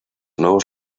nuevos